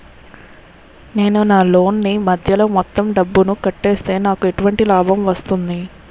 నేను నా లోన్ నీ మధ్యలో మొత్తం డబ్బును కట్టేస్తే నాకు ఎటువంటి లాభం వస్తుంది?